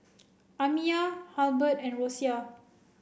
Amiya Halbert and Rosia